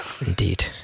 Indeed